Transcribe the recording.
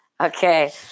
Okay